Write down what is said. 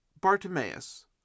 Bartimaeus